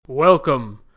Welcome